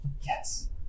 Yes